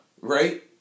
Right